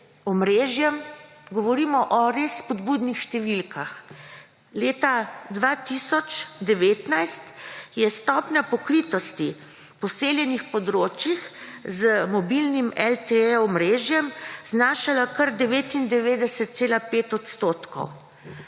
omrežjem govorimo o res spodbudnih številkah. Leta 2019 je stopnja pokritosti poseljenih področij z mobilnim LTE omrežjem znašala kar 99,5 odstotka.